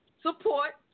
Support